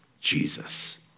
Jesus